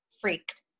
freaked